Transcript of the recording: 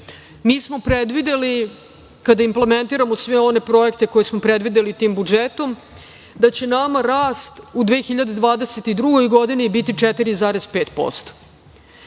mi smo predvideli kada implementiramo sve one projekte koje smo predvideli tim budžetom da će nama rast u 2022. godini biti 4,5%,